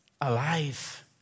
alive